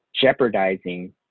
jeopardizing